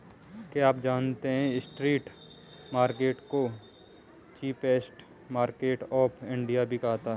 क्या आप जानते है स्ट्रीट मार्केट्स को चीपेस्ट मार्केट्स ऑफ इंडिया भी कहते है?